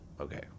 okay